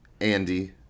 Andy